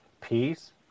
Peace